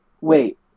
Wait